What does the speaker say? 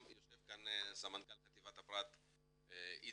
יושב כאן סמנכ"ל חטיבת הפרט איציק,